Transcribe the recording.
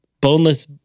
boneless